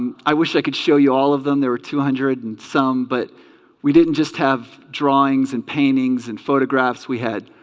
and i wish i could show you all of them there were two hundred and some but we didn't just have drawings and paintings and photographs we had